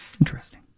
interesting